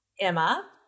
Emma